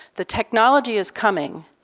the technology is coming,